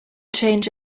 change